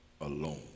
alone